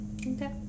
okay